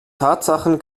tatsachen